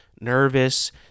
nervous